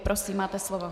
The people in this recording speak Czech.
Prosím, máte slovo.